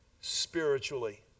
spiritually